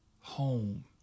home